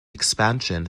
expansion